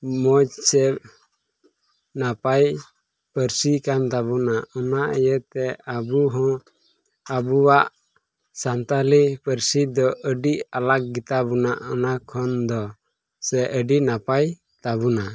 ᱢᱚᱡᱽ ᱥᱮ ᱱᱟᱯᱟᱭ ᱯᱟᱹᱨᱥᱤ ᱠᱟᱱ ᱛᱟᱵᱚᱱᱟ ᱚᱱᱟ ᱤᱭᱟᱹᱛᱮ ᱟᱵᱚ ᱦᱚᱸ ᱟᱵᱚᱣᱟᱜ ᱥᱟᱱᱛᱟᱞᱤ ᱯᱟᱹᱨᱥᱤ ᱫᱚ ᱟᱹᱰᱤ ᱟᱞᱟᱜᱽ ᱜᱮᱛᱟᱵᱚᱱᱟ ᱚᱱᱟ ᱠᱷᱚᱱ ᱫᱚ ᱥᱮ ᱟᱹᱰᱤ ᱱᱟᱯᱟᱭ ᱛᱟᱵᱚᱱᱟ